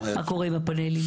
מה קורה עם הפנלים?